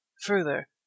further